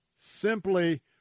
Simply